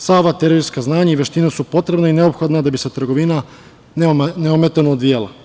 Sva ova teorijska saznanja i veština su potrebne i neophodne da bi se trgovina neometano odvijala.